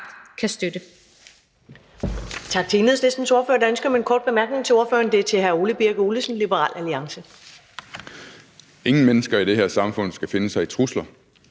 kan støtte.